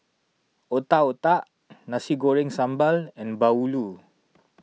Otak Otak Nasi Goreng Sambal and Bahulu